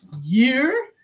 year